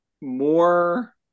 more